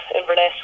Inverness